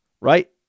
right